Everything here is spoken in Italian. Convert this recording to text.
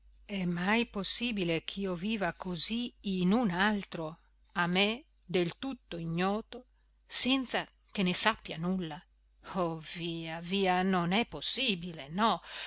è mai possibile ch'io viva così in un altro a me del tutto ignoto senza che ne sappia nulla oh via via non è possibile no